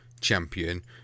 champion